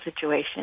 situation